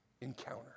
encounter